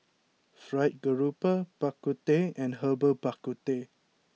Fried Garoupa Bak Kut Teh and Herbal Bak Ku Teh